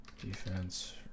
defense